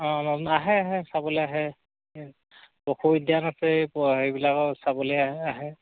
অঁ আহে আহে চাবলে আহে পশু উদ্যান আছে এইেইবিলাকৰ চাবলে আহে আহে